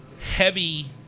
heavy